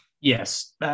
Yes